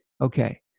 Okay